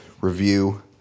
review